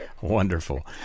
Wonderful